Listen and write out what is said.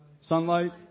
Sunlight